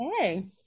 Okay